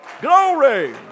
Glory